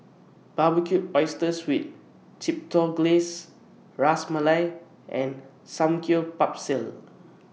Barbecued Oysters with Chipotle Glaze Ras Malai and Samgyeopsal